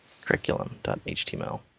Curriculum.html